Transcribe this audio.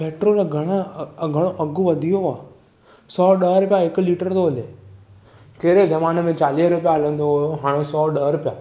petrol जा घाणा घणो अघु वधि वियो आहे सौ ॾह रुपया हिकु लीटर थो वञे कहिड़े ज़माने में चालीह रुपया हलंदो हुओ हाणे सौ ॾह रुपया